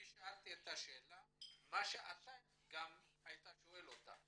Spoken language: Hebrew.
שאלתי שאלה מה שגם אתה היית שואל אותה.